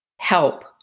help